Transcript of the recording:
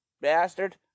bastard